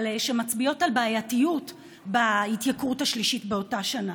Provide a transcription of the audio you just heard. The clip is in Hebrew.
אבל כאלה שמצביעות על בעייתיות בהתייקרות השלישית באותה שנה.